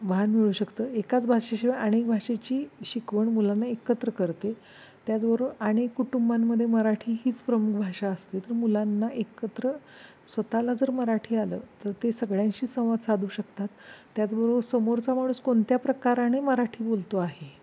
भान मिळू शकतं एकाच भाषेशिवाय अनेक भाषेची शिकवण मुलांना एकत्र करते त्याचबरोबर अनेक कुटुंबांमध्ये मराठी हीच प्रमुख भाषा असते तर मुलांना एकत्र स्वत ला जर मराठी आलं तर ते सगळ्यांशी संवाद साधू शकतात त्याचबरोबर समोरचा माणूस कोणत्या प्रकाराने मराठी बोलतो आहे